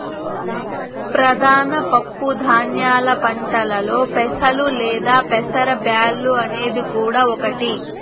ప్రధాన పప్పు ధాన్యాల పంటలలో పెసలు లేదా పెసర బ్యాల్లు అనేది కూడా ఒకటి